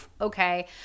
okay